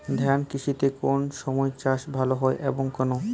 উদ্যান কৃষিতে কোন সময় চাষ ভালো হয় এবং কেনো?